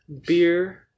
beer